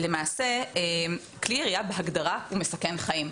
למעשה, כלי ירייה, בהגדרה, מסכן חיים.